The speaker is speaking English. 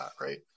Right